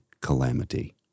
calamity